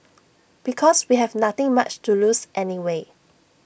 because we have nothing much to lose anyway